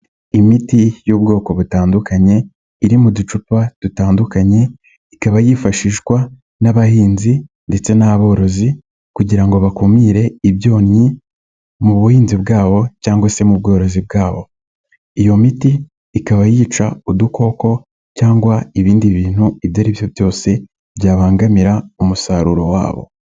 Imiti y'ubwoko butandukanye, iri mu ducupa dutandukanye, ikaba yifashishwa n'abahinzi ndetse n'aborozi kugira ngo bakumire ibyonnyi mu buhinzi bwabo cyangwa se mu bworozi bwabo, iyo miti ikaba yica udukoko cyangwa ibindi bintu ibyo aribyo byose byabangamira umusaruro wabo.